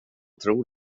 tror